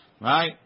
right